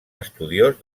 estudiós